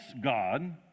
god